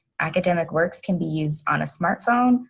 academic works can be used on a smartphone,